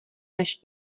než